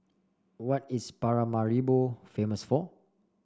what is Paramaribo famous for